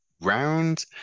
round